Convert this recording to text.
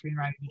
screenwriting